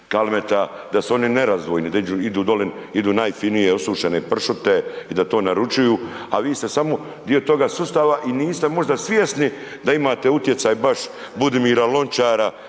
Kalemta, da su oni nerazdvojni, da idu dole, idu najfinije osušene pršute i da to naručuju. A vi ste samo dio toga sustava i niste možda svjesni da imate utjecaj baš Budimir Lončara,